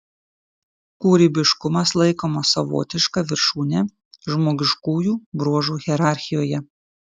kūrybiškumas laikomas savotiška viršūne žmogiškųjų bruožų hierarchijoje